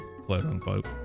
quote-unquote